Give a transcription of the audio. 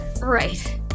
Right